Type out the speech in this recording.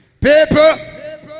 Paper